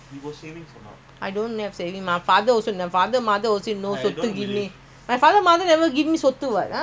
okay what also something what keep lah ah